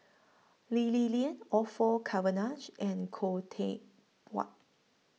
Lee Li Lian Orfeur Cavenagh and Khoo Teck Puat